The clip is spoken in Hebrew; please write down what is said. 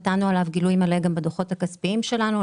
נתנו עליו גילוי מלא גם בדוחות הכספיים שלנו,